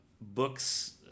books